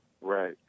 Right